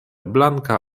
blanka